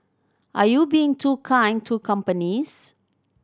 are you being too kind to companies